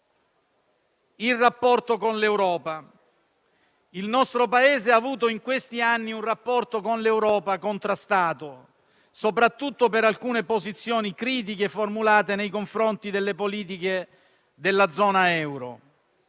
il rapporto con l'Europa. Il nostro Paese ha avuto in questi anni un rapporto con l'Europa contrastato, soprattutto per alcune posizioni critiche formulate nei confronti delle politiche della zona euro.